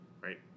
right